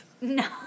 No